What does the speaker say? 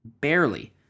barely